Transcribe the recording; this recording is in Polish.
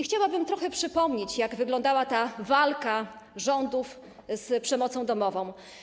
Chciałabym przypomnieć, jak wyglądała walka rządów z przemocą domową.